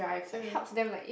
mm